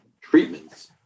treatments